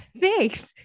Thanks